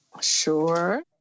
Sure